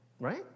right